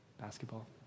Basketball